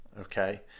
okay